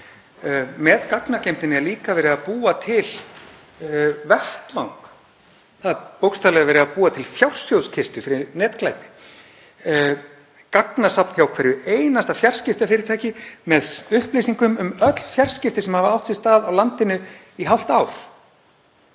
með gagnageymd er líka verið að búa til vettvang, það er bókstaflega verið að búa til fjársjóðskistu fyrir netglæpi, gagnasafn hjá hverju einasta fjarskiptafyrirtæki með upplýsingum um öll fjarskipti sem hafa átt sér stað á landinu í hálft ár.